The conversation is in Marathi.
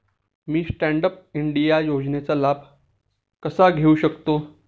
मी स्टँड अप इंडिया योजनेचा लाभ कसा घेऊ शकते